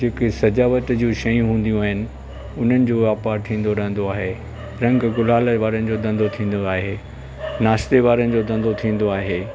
जेकियूं सजावट जूं शयूं हूंदियूं आहिनि उन्हनि जो वापारु थींदो रहंदो आहे रंग गुलाल वारनि जो धंदो थींदो आहे नाश्ते वारनि जो धंदो थींदो आहे